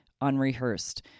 Unrehearsed